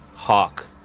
Hawk